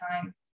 time